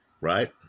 right